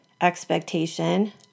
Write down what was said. expectation